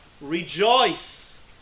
Rejoice